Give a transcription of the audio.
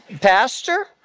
pastor